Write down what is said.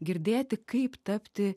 girdėti kaip tapti